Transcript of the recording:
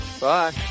Bye